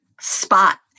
spot